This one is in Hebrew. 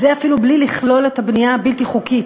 זה אפילו בלי לכלול את הבנייה הבלתי-חוקית.